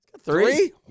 Three